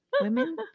women